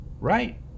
right